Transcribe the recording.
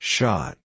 Shot